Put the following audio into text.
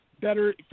better